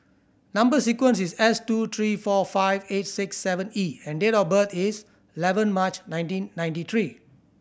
number sequence is S two three four five eight six seven E and date of birth is eleven March nineteen ninety three